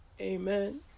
Amen